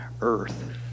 earth